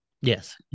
Yes